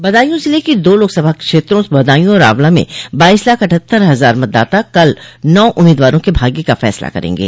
बदायूं जिले की दो लोकसभा क्षेत्रों बदायूं और आंवला में बाइस लाख अठहत्तर हजार मतदाता कल नौ उम्मीदवारों के भाग्य का फैसला करेंगे